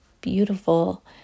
beautiful